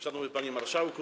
Szanowny Panie Marszałku!